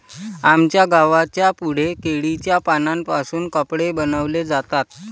आमच्या गावाच्या पुढे केळीच्या पानांपासून कपडे बनवले जातात